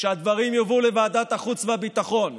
שהדברים יובאו לוועדת החוץ והביטחון,